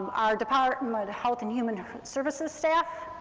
our department of health and human services staff,